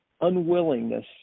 unwillingness